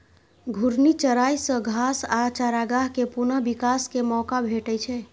घूर्णी चराइ सं घास आ चारागाह कें पुनः विकास के मौका भेटै छै